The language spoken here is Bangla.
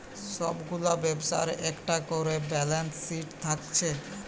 সব গুলা ব্যবসার একটা কোরে ব্যালান্স শিট থাকছে